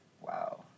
Wow